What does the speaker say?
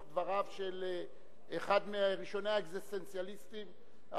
דבריו של אחד מראשוני האקזיסטנציאליסטים,